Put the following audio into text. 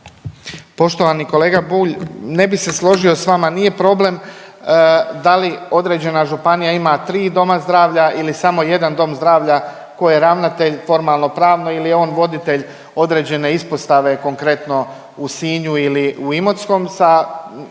Poštovani kolega Bulj, ne bi se složio s vama. Nije problem da li određena županija ima 3 doma zdravlja ili samo 1 dom zdravlja koje je ravnatelj formalno pravno ili je on voditelj određene ispostave konkretno u Sinju ili u Imotskom.